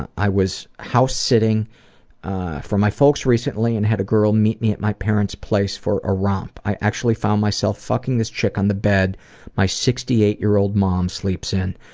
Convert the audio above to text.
and i was house sitting for my folks recently and had a girl meet me at my parents place for a romp sp. i actually found myself fucking this chick on the bed my sixty eight year old mom sleeps in.